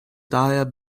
daher